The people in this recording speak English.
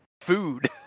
food